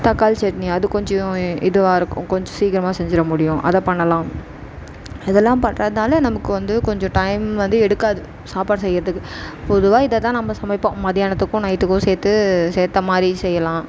தக்காளி சட்னி அது கொஞ்சம் இதுவாக இருக்கும் கொஞ்சம் சீக்கிரமாக செஞ்சிட முடியும் அதை பண்ணலாம் அதெல்லாம் பண்ணுறதுனால நமக்கு வந்து கொஞ்சம் டைம் வந்து எடுக்காது சாப்பாடு செய்கிறதுக்கு பொதுவாக இதை தான் நம்ம சமைப்போம் மதியானத்துக்கும் நைட்டுக்கும் சேர்த்து சேர்த்த மாதிரி செய்யலாம்